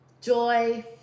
joy